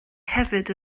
hefyd